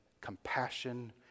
compassion